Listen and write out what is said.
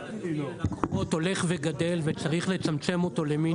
--- הולך וגדל, וצריך לצמצם אותו למינימום.